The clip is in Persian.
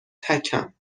تکم